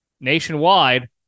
Nationwide